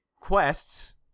quests